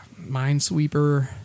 Minesweeper